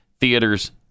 theaters